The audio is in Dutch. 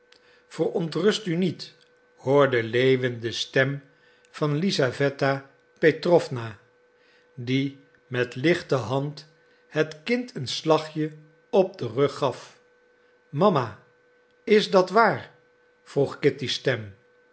niet hoorde lewin de stem van lisaweta petrowna die met lichte hand het kind een slagje op den rug gaf mama is dat waar vroeg kitty's stem